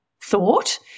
thought